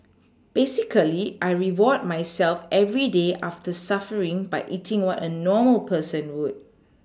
basically I reward myself every day after suffering by eating what a normal person would